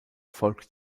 folgte